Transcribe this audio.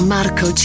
Marco